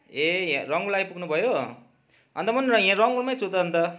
ए यहाँ रङ्गला आइपुग्नु भयो अन्त म नि यहाँ रङ्गलामै छु नि त अन्त